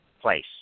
place